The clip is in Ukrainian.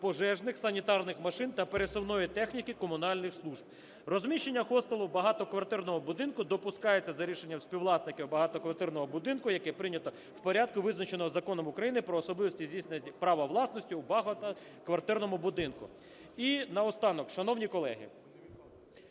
пожежних, санітарних машин та пересувної техніки комунальних служб. Розміщення хостелу в багатоквартирному будинку допускається за рішенням співвласників багатоквартирного будинку, яке прийнято в порядку, визначеному Законом України "Про особливості здійснення права власності у багатоквартирному будинку". І наостанок. Шановні колеги,